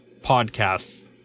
podcasts